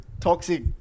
toxic